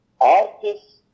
artists